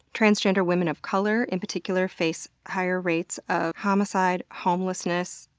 transgender women of color in particular face higher rates of homicide, homelessness,